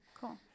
Cool